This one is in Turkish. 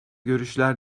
görüşler